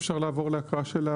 אפשר לעבור להקראה.